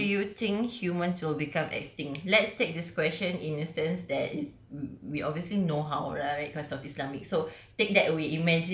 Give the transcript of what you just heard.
how do you think humans you will become extinct let's take this question in a sense that is we obviously know how lah right cause of islamic so